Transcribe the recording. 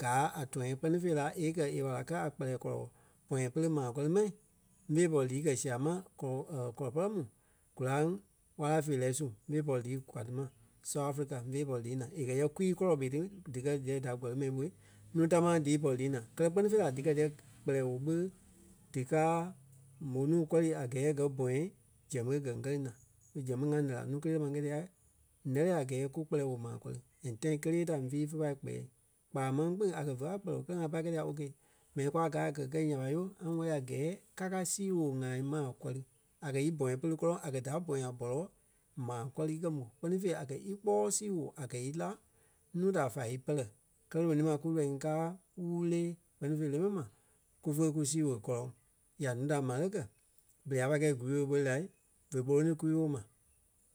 gaa a tɔ̃yâ kpɛ́ni la e kɛ̀ e wala káa a kpɛlɛɛ kɔlɔ pɔ̃yɛ pere maa kɔri mɛni ḿve pɔri lii kɛ sia ma kɔ- kɔlɔ pɛrɛ mu kòraŋ wala feerɛ su ḿve pɔri lii kwaa ti ma South Africa ḿve pɔri lii naa. E kɛ̀ yɛ kwii kɔlɔ ɓé ti díkɛ díyɛ da kɔri mɛni ɓoi núu támaa dí pɔri lii naa. Kɛ́lɛ kpɛ́ni fêi díkɛ díyɛ kpɛlɛɛ woo ɓé díkaa mò nuu kɔri a gɛɛ gɛ bɔ̃yɛ zɛŋ ɓe gɛ́ li naa. Zɛŋ ɓé ŋa nɛ la nuu kélee ma ńyɛɛ diyɛ nɛ́lɛɛ a gɛɛ kú kpɛlɛɛ woo maa kɔri and tãi kélee ta ḿvii fé pai kpɛɛ. Kpaa máŋ kpîŋ a kɛ̀ vé a kpɛlɛɛ woo kɛlɛ ŋá pai kɛi dia ok m̀ɛni kwa gaa gɛ́ kɛ̀ nya ɓa le yoo ŋa wɛli a gɛɛ ka káa sii woo ŋai maa kɔ̀ri. A kɛ̀ í bɔ̃yɛ pere gɔlɔŋ a kɛ̀ da bɔ̃yɛ a bɔlɔ maa kɔri e kɛ̀ mò. Kpɛ́ni fêi a kɛ íkpɔɔi sii woo a kɛ̀ í lá núu da fa í pɛlɛ. Kɛ́lɛ lonii ma kúlɔii ŋi káa wûlee kpɛ́ni fêi le mɛni ma kúfɔ kú sii woo gɔlɔŋ. Ya núu da ḿare kɛ berei a pâi kɛi kwii-woo ɓó fe molonii kwii-woo ma